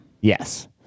yes